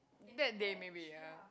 that day maybe ya